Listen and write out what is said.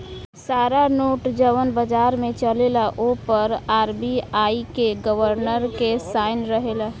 सारा नोट जवन बाजार में चलेला ओ पर आर.बी.आई के गवर्नर के साइन रहेला